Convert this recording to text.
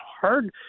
hard